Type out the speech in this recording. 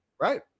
Right